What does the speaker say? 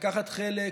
לקחת חלק